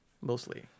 Mostly